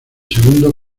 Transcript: segundo